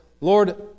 Lord